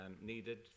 needed